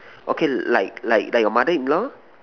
okay like like like your mother in law